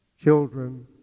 children